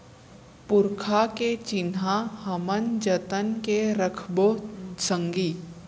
पुरखा के चिन्हा हमन जतन के रखबो संगी